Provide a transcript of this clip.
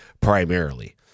primarily